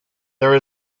there